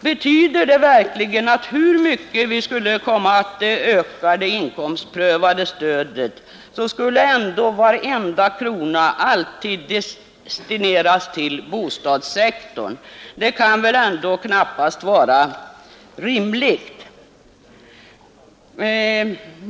Betyder det att hur mycket vi än skulle komma att öka det inkomstprövade stödet skulle ändå varenda krona destineras till bostadssektorn? Det kan väl knappast vara rimligt.